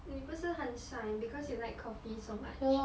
你不是很爽 because you like coffee so much